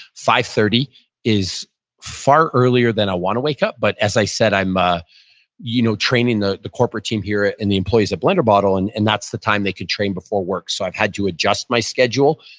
five thirty is far earlier than i want to wake up, but as i said, i'm ah you know training the the corporate team here, and the employees at blender bottle, and and that's the time they could train before work. so i've had to adjust my schedule.